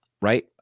right